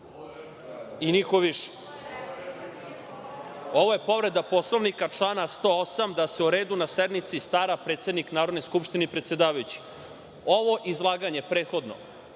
i niko više. Ovo je povreda Poslovnika, člana 108. da se o redu na sednici stara predsednik Narodne skupštine i predsedavajući. Ovo izlaganje prethodno